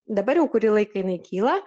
dabar jau kurį laiką jinai kyla